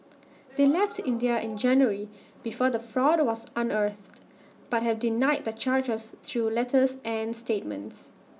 they left India in January before the fraud was unearthed but have denied the charges through letters and statements